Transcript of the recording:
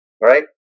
right